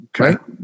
Okay